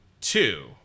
Two